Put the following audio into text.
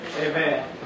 Amen